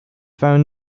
found